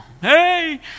hey